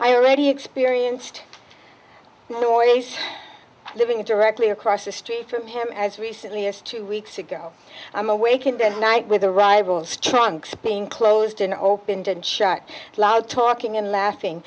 i already experienced noice living directly across the street from him as recently as two weeks ago i'm awake in the night with a rival's trunk spinning closed and opened and shut loud talking and laughing